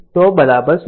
2 second t 0